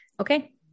okay